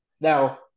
Now